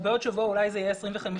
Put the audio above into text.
בעוד שבוע אולי זה יהיה 25 אנשים.